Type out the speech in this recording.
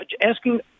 asking